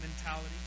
mentality